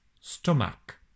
stomach